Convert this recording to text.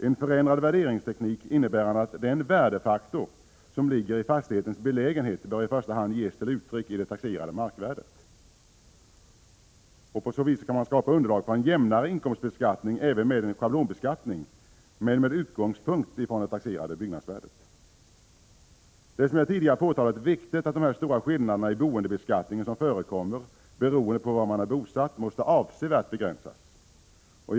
En förändrad värderingsteknik, innebärande att den värdefaktor som ligger i fastighetens belägenhet i första hand kommer till uttryck i det taxerade markvärdet, kan skapa underlag för en jämnare inkomstbeskattning även med en schablonbeskattning men med utgångspunkt i det taxerade byggnadsvärdet. Det är, som jag tidigare framhållit, viktigt att de stora skillnader i boendebeskattningen som förekommer beroende var man är bosatt avsevärt begränsas.